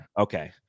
okay